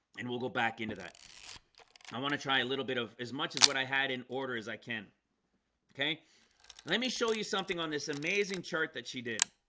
and we'll go back into that i want to try a little bit of as much as what i had in order as i can okay let me show you something on this amazing chart that she did